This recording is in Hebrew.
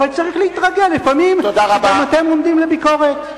אבל צריך להתרגל לפעמים שגם אתם עומדים לביקורת.